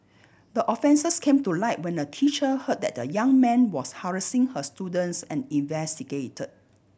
the offences came to light when a teacher heard that a young man was harassing her students and investigated